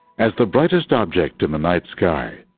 as the brightest object in the night sky,